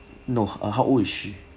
no uh how old is she